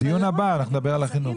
בדיון הבא נדבר על החינוך.